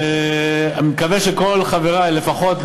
אני מקווה שכל חברי לפחות,